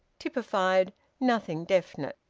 typified nothing definite.